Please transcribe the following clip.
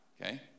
okay